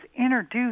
introduced